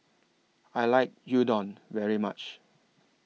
I like Gyudon very much